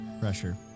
Pressure